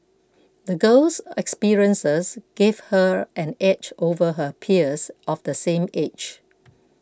the girl's experiences gave her an edge over her peers of the same age